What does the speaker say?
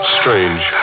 Strange